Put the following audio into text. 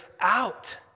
out